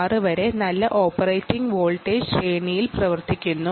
6 വരെ നല്ല operating voltage ശ്രേണിയിൽ പ്രവർത്തിക്കുന്നു